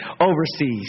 overseas